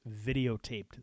videotaped